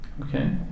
Okay